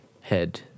head